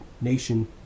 nation